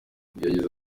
yagize